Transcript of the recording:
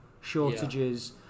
shortages